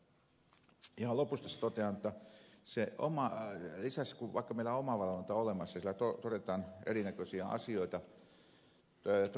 ihan lopuksi tässä totean että vaikka meillä on omavalvonta olemassa selonteossa todetaan erinäköisiä asioita